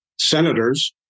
senators